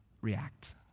react